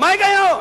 מה ההיגיון?